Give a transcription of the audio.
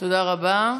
תודה רבה.